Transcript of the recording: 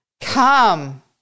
come